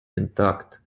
intact